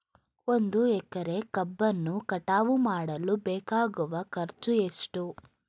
ಒಂದು ಎಕರೆ ಕಬ್ಬನ್ನು ಕಟಾವು ಮಾಡಲು ಬೇಕಾಗುವ ಖರ್ಚು ಎಷ್ಟು?